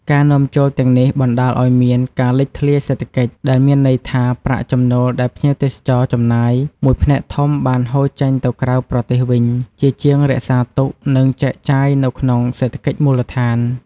ការនាំចូលទាំងនេះបណ្តាលឱ្យមាន ការលេចធ្លាយសេដ្ឋកិច្ច ដែលមានន័យថា ប្រាក់ចំណូលដែលភ្ញៀវទេសចរចំណាយ មួយផ្នែកធំបានហូរចេញទៅក្រៅប្រទេសវិញ ជាជាងរក្សាទុក និងចែកចាយនៅក្នុងសេដ្ឋកិច្ចមូលដ្ឋាន។